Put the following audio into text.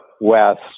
west